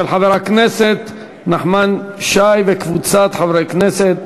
של חבר הכנסת נחמן שי וקבוצת חברי הכנסת.